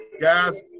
Guys